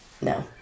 No